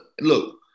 look